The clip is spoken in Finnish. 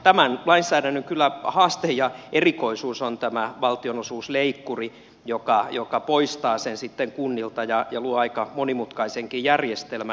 tämän lainsäädännön haaste ja erikoisuus on kyllä tämä valtionosuusleikkuri joka poistaa sen tulon sitten kunnilta ja luo aika monimutkaisenkin järjestelmän